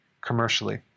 commercially